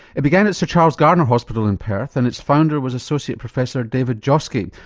it began at sir charles gairdner hospital in perth and its founder was associate professor david joske,